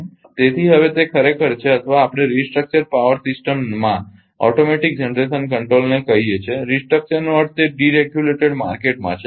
તેથી હવે તે ખરેખર છે અથવા આપણે રિસ્ટ્રક્ચર્ડ પાવર સિસ્ટમ માં ઓટોમેટિક જનરેશન કંટ્રોલને કહીએ છીએ રિસ્ટ્રક્ચર નો અર્થ તે ડીરેગ્યુલેટેડ માર્કેટમાં છે